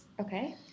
Okay